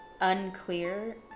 unclear